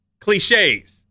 cliches